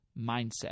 mindset